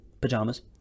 pajamas